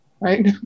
right